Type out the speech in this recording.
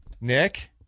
Nick